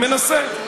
מנסה.